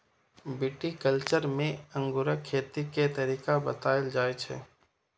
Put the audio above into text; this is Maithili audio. विटीकल्च्चर मे अंगूरक खेती के तरीका बताएल जाइ छै